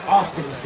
Austin